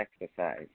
exercise